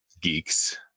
geeks